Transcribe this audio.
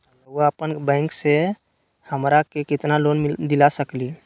रउरा अपन बैंक से हमनी के कितना लोन दिला सकही?